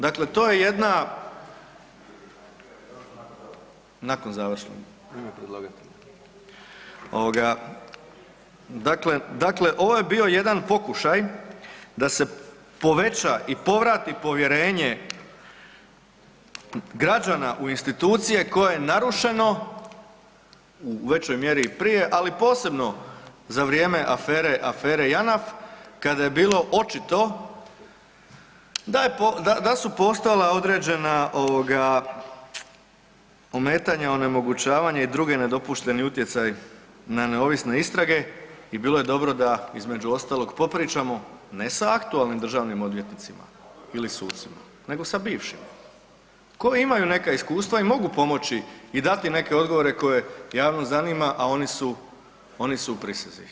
Dakle, to je jedna ovoga, dakle ovo je bio jedan pokušaj da se poveća i povrati povjerenje građana u institucije koje je narušeno u većoj mjeri i prije, ali posebno za vrijeme afere, afere JANAF kada je bilo očito da je, da su postojala određena ovoga ometanja, onemogućavanja i drugi nedopušteni utjecaji na neovisne istrage i bilo je dobro da između ostalog popričamo ne sa aktualnim državnim odvjetnicima ili sucima, nego sa bivšima koji imaju neka iskustva i mogu pomoći i dati neke odgovore koje javnost zanima, a oni su, oni su u prisezi.